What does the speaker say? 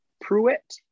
Pruitt